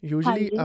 Usually